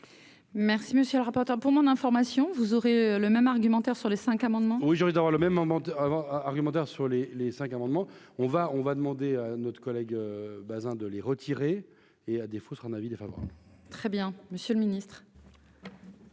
Merci, monsieur le rapporteur, pour mon information, vous aurez le même argumentaire sur les cinq amendements. Oui, j'ai envie d'avoir le même moment avant argumentaire sur les les cinq à un moment on va, on va demander notre collègue Bazin de les retirer et à défaut sera un avis défavorable. Très bien monsieur le Ministre.